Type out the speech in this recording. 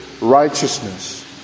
righteousness